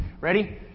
Ready